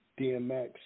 DMX